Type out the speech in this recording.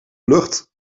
lucht